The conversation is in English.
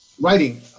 writing